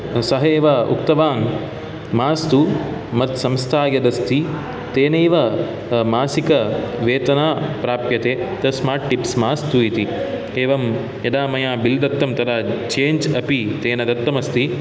सः एव उक्तवान् मास्तु मत्संस्था यदस्ति तेनैव मासिकवेतन प्राप्यते तस्मात् टिप्स् मास्तु इति एवं मया यदा बिल् दत्तं तदा चेञ्ज् अपि तेन दत्तमस्ति